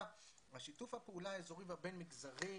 שיתוף הפעולה האזורי והבין מגזרי,